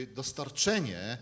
dostarczenie